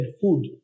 food